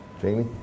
Jamie